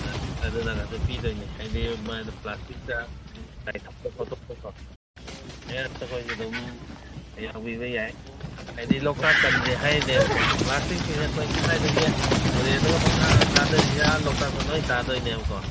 ꯑꯥ ꯑꯗꯨꯅꯒꯁꯨ ꯄꯤꯗꯣꯏꯅꯦ ꯍꯥꯏꯗꯤ ꯑꯗꯨꯃꯥꯏꯅ ꯄ꯭ꯂꯥꯁꯇꯤꯛꯇ ꯑꯇꯣꯞ ꯑꯇꯣꯞꯄꯀꯣ ꯑꯇꯣꯞꯄ ꯍꯥꯏꯁꯦ ꯑꯗꯨꯝ ꯌꯥꯎꯕꯤꯕ ꯌꯥꯏ ꯍꯥꯏꯗꯤ ꯂꯣꯛꯇꯥꯛ ꯀꯟꯁꯦ ꯍꯥꯏꯅꯦꯕꯀꯣ ꯄ꯭ꯂꯥꯁꯇꯤꯛꯁꯤꯡꯁꯦ ꯑꯩꯈꯣꯏꯅ ꯀꯥꯏꯗꯒꯤ ꯇꯨꯔꯦꯟꯗꯒ ꯄꯪꯊꯥ ꯊꯥꯗꯔꯤꯁꯦ ꯑꯥ ꯂꯣꯛꯇꯥꯛꯇ ꯂꯣꯏ ꯇꯥꯗꯣꯏꯅꯦꯕꯀꯣ